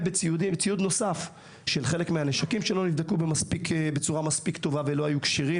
ובציוד נוסף של חלק מהנשקים שלא נבדקו בצורה מספיק טובה ולא היו כשירים,